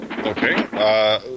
Okay